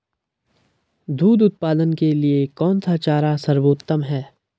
दूध उत्पादन के लिए कौन सा चारा सर्वोत्तम है?